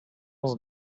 was